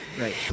Right